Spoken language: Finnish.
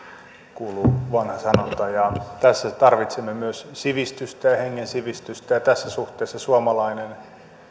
kuuluu vanha sanonta tarvitsemme myös sivistystä ja hengen sivistystä ja tässä suhteessa suomalainen